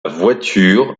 voiture